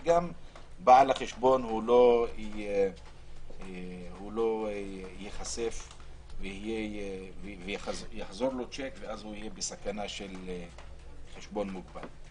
וגם לבעל החשבון לא יחזור שיק והוא לא יהיה בסכנה של חשבון מוגבל.